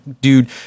dude